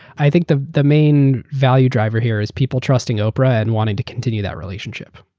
i think the the main value driver here is people trusting oprah and wanted to continue that relationship.